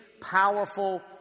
powerful